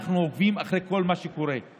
אנחנו עוקבים אחרי כל מה שקורה.